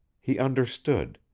he understood.